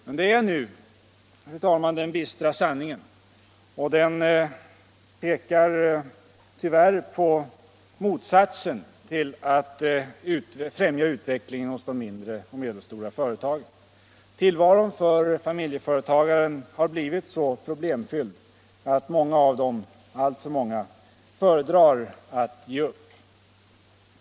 Men det är nu den bistra sanningen, och den pekar tyvärr på att man gjort motsatsen till att främja utvecklingen av de mindre och medelstora företagen. Tillvaron för familjeföretagarna har blivit så problemfylld att många av dem — alltför många — föredrar att ge upp.